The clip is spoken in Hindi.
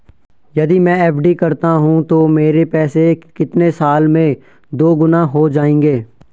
यदि मैं एफ.डी करता हूँ तो मेरे पैसे कितने साल में दोगुना हो जाएँगे?